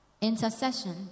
Intercession